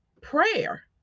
prayer